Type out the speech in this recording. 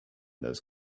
those